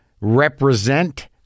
represent